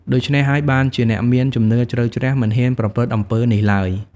ដូច្នេះហើយបានជាអ្នកមានជំនឿជ្រៅជ្រះមិនហ៊ានប្រព្រឹត្តអំពើនេះឡើយ។